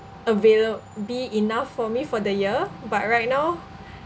availa~ be enough for me for the year but right now